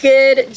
Good